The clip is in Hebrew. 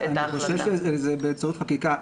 אנחנו חושבים שזה צריך חקיקה.